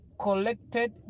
collected